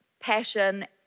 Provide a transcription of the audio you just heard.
passion